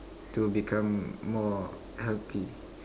to become more healthy